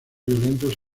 violentos